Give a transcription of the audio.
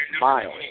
Miles